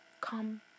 come